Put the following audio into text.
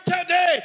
today